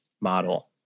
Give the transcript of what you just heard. model